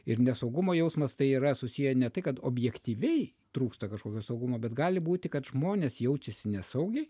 ir nesaugumo jausmas tai yra susiję ne tai kad objektyviai trūksta kažkokio saugumo bet gali būti kad žmonės jaučiasi nesaugiai